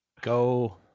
go